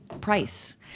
Price